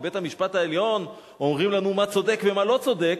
בבית-המשפט העליון אומרים לנו מה צודק ומה לא צודק.